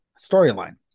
storyline